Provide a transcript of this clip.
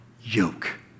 yoke